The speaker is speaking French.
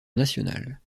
nationale